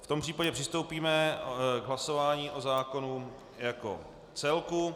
V tom případě přistoupíme k hlasování o zákonu jako celku.